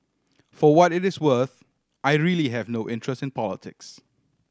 for what it is worth I really have no interest in politics